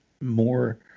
more